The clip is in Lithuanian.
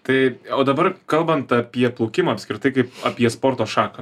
tai o dabar kalbant apie plaukimą apskritai kaip apie sporto šaką